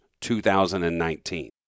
2019